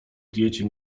diecie